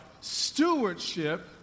stewardship